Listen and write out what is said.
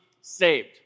saved